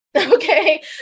Okay